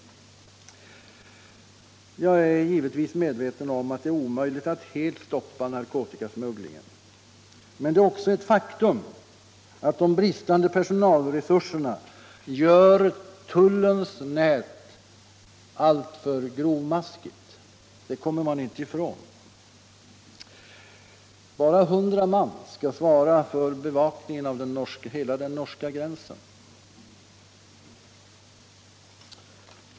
Jag är givetvis medveten om att det är omöjligt att helt stoppa narkotikasmugglingen. Men det är också ett faktum att de bristande personalresurserna gör tullens nät alltför grovmaskigt. Det kommer man inte ifrån. Bara 100 man skall svara för bevakningen av hela gränsen mot Norge.